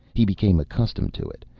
he became accustomed to it,